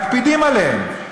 מקפידים עליהם.